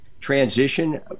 transition